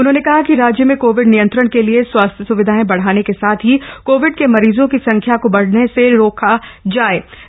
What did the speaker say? उन्होंने कहा कि राज्य में कोविड नियंत्रण के लिए स्वास्थ्य सुविधाएं बढ़ाने के साथ ही कोविड के मरीजों की संख्या को बढ़ने से रोकना आवश्यक है